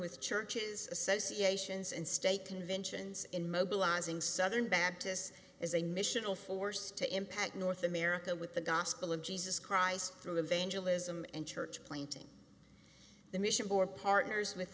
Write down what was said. with churches associations and state conventions in mobilizing southern baptists as a mission of force to impact north america with the gospel of jesus christ through evangelism and church planting the mission for partners with